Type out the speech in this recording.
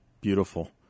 Beautiful